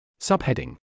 Subheading